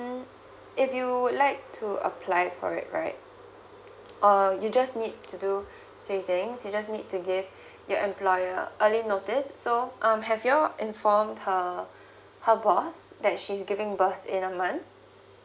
if you would like to apply for it right uh you just need to do few things you just need to give your employer early notice so um have you all inform her her boss that she's giving birth in a month